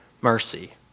mercy